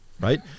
right